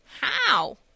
How